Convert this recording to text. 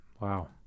Wow